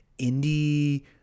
indie